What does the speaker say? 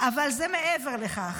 אבל זה מעבר לכך.